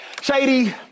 Shady